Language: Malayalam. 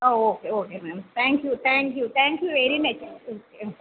oh okay okay ma'am thank you thank you thank you very much okay uh